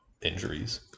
injuries